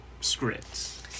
scripts